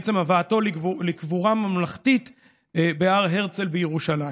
בעצם הבאתו לקבורה ממלכתית בהר הרצל בירושלים.